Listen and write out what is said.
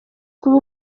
kuba